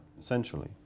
Essentially